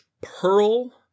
pearl